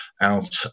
out